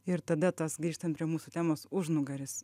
ir tada tas grįžtan prie mūsų temos užnugaris